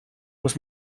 muss